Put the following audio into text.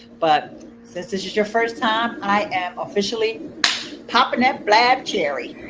but since this is your first time i am officially popping that blab cherry!